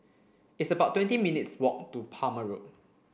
it's about twenty minutes' walk to Palmer Road